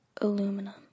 Aluminum